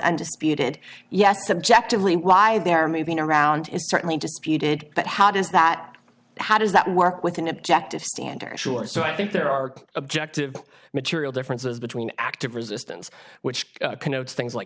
and disputed yes subjectively why they're moving around is certainly disputed but how does that how does that work with an objective standard sure so i think there are objective material differences between active resistance which connotes things like